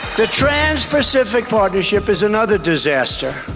the trans pacific partnership is another disaster,